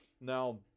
Now